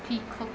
शिख